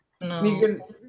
No